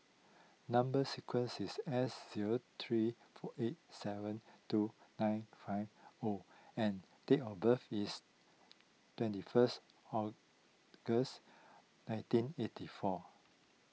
Number Sequence is S zero three eight seven two nine five O and date of birth is twenty first August nineteen eighty four